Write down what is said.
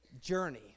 journey